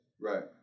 Right